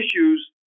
issues